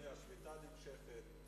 השביתה נמשכת.